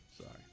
sorry